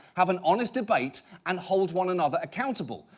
have an honest debate, and hold one another accountable.